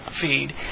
feed